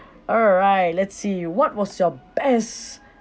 alright let's see what was your best